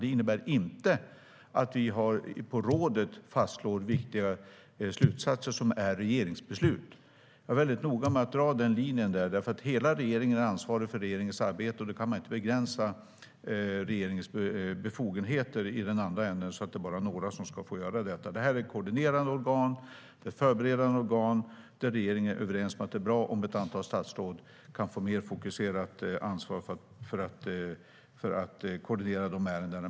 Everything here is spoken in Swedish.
Det innebär däremot inte att vi på rådet fastslår viktiga slutsatser som är regeringsbeslut. Jag är väldigt noga med att dra den linjen. Hela regeringen är ansvarig för regeringens arbete, och då kan man inte begränsa regeringens befogenheter i den andra änden så att det bara är några som ska få göra detta. Detta är ett koordinerande och förberedande organ, och regeringen är överens om att det är bra om ett antal statsråd kan få ett mer fokuserat ansvar för att koordinera dessa ärenden.